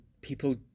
people